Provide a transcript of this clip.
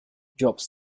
jobs